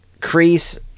Crease